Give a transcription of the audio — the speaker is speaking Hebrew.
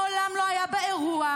מעולם לא היה באירוע,